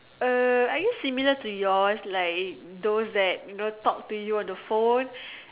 uh I use similar to yours like those like you know talk to you on the phone